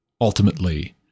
ultimately